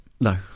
no